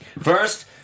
First